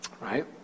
Right